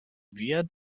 wir